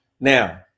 Now